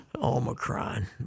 Omicron